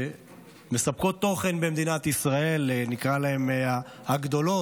שמספקות תוכן במדינת ישראל, נקרא להן "הגדולות",